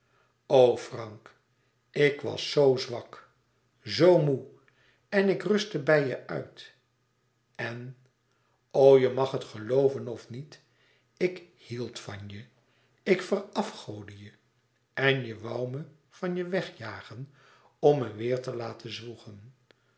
o frank ik was zoo zwak zoo moê en ik rustte bij je uit en o je mag het gelooven of niet ik hield van je ik verafgoodde je en je woû me van je wegjagen om me weêr te laten zwoegen